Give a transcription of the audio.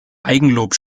eigenlob